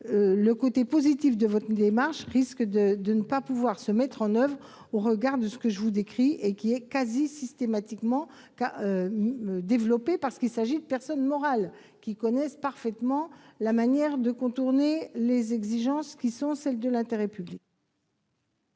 le côté positif de votre démarche risque de ne pas pouvoir se mettre en oeuvre au regard de ce que je vous décris et de ce qui se produit quasi systématiquement. Les personnes morales en question connaissent parfaitement la manière de contourner les exigences qui sont celles de l'intérêt public.